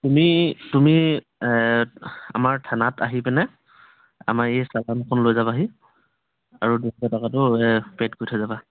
তুমি তুমি আমাৰ থানাত আহি পিনে আমাৰ এই চালানখন লৈ যাবাহি আৰু দুহেজাৰ টকাটো পেইড কৰি থৈ যাবা